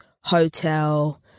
hotel